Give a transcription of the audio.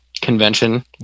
convention